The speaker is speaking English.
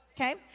Okay